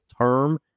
term